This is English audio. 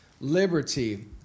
Liberty